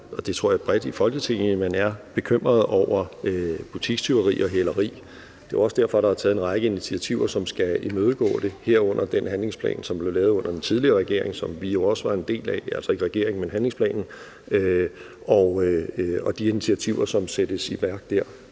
og det tror jeg man er bredt i Folketinget – bekymrede over butikstyveri og hæleri. Det er også derfor, der er taget en række initiativer, som skal imødegå det, herunder den handlingsplan, som blev lavet under den tidligere regering, som vi jo også var en del af – altså ikke regeringen, men handlingsplanen – og de initiativer, som sattes i værk der,